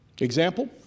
Example